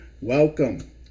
welcome